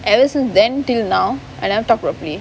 ever since then till now I never talk properly